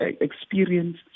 experience